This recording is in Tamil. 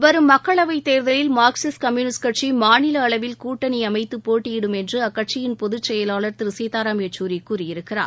வரும் மக்களவைத் தேர்தலில் மார்க்சிஸ்ட் கம்யூனிஸ்ட் கட்சி மாநில அளவில் கூட்டணி அமைத்து போட்டியிடும் என்று அக்கட்சியின் பொதுச் செயலாளர் திரு சீதாராம யெச்சூரி கூறியிருக்கிறார்